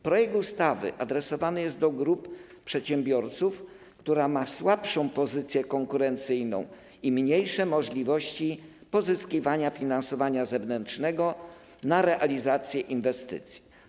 Projekt ustawy adresowany jest do grupy przedsiębiorców, która ma słabszą pozycję konkurencyjną i mniejsze możliwości pozyskiwania finansowania zewnętrznego na realizację inwestycji.